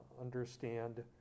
understand